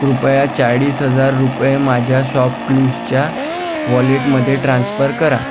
कृपया चाळीस हजार रुपये माझ्या शॉपक्लूजच्या वॉलेटमध्ये ट्रान्स्फर करा